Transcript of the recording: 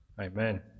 Amen